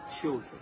children